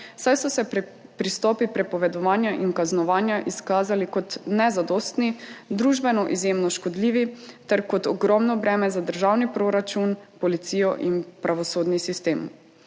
saj so se pristopi prepovedovanja in kaznovanja izkazali kot nezadostni, družbeno izjemno škodljivi ter kot ogromno breme za državni proračun, policijo in pravosodni sistem.